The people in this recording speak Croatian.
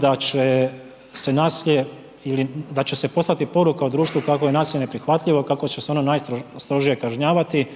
da će se nasilje ili da će se poslati poruka u društvu kako je nasilje neprihvatljivo, kako će se ono najstrožije kažnjavati